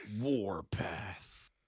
Warpath